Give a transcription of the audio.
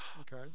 Okay